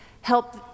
help